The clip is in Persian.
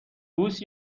بوس